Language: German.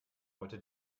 heute